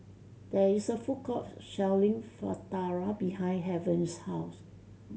there is a food court selling Fritada behind Haven's house